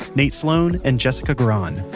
nate sloan and jessica grahn.